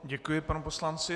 Děkuji panu poslanci.